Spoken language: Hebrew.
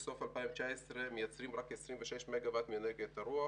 בסוף 2019 מייצרים רק 26 מגה וואט מאנרגיית הרוח,